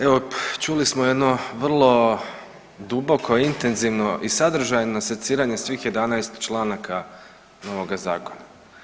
Evo, čuli smo jedno vrlo duboko, intenzivno i sadržajno seciranje svih 11 članaka novoga Zakona.